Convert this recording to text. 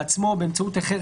בעצמו או באמצעות אחר,